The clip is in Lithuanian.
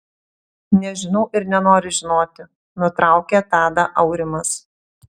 nežinau ir nenoriu žinoti nutraukė tadą aurimas